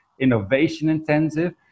innovation-intensive